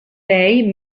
lei